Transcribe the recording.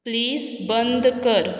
please बंद कर